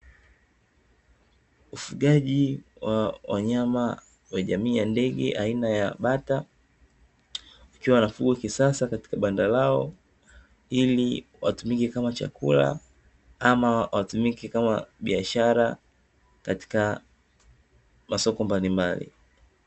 Ufugaji wa wanyama wa jamii ya ndege wa aina bata wakiwa wanafugwa kisasa katika banda lao, ili watumike kama chakula ama watumike kama biashara katika masoko mbalimbali.